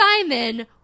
Simon